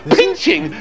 pinching